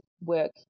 work